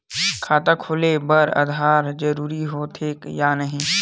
खाता खोले बार आधार जरूरी हो थे या नहीं?